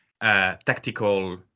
Tactical